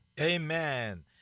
Amen